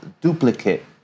duplicate